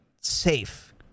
safe